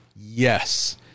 Yes